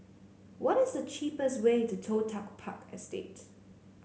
what is the cheapest way to Toh Tuck Park Estate